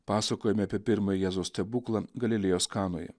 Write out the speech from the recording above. pasakojime apie pirmąjį jėzaus stebuklą galilėjos kanoje